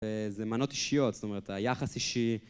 זה מנות אישיות, זאת אומרת היחס אישי